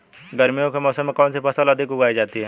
गर्मियों के मौसम में कौन सी फसल अधिक उगाई जाती है?